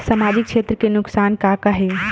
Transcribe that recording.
सामाजिक क्षेत्र के नुकसान का का हे?